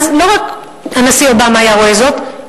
אז לא רק הנשיא אובמה היה רואה זאת,